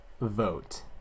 vote